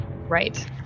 Right